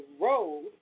road